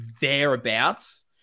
thereabouts